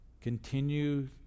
Continue